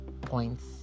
points